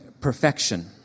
perfection